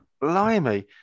Blimey